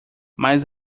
mas